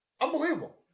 Unbelievable